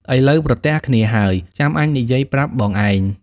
ឥឡូវប្រទះគ្នាហើយ ចាំអញនិយាយប្រាប់បងឯង